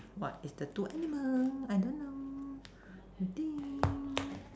what is the two animals I don't know I think